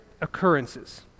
occurrences